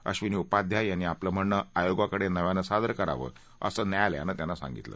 अब्बिनी उपाध्याय यांनी आपलं म्हणणं आयोगाकडे नव्यानं सादर करावं असं न्यायालयानं त्यांना सांगितलं